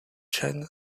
chan